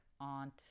aunt